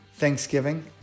Thanksgiving